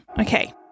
okay